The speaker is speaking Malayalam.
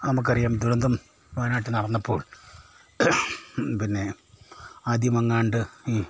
നമുക്കറിയാം ദുരന്തം വയനാട്ടിൽ നടന്നപ്പോൾ പിന്നെ ആദ്യമങ്ങാണ്ട് ഈ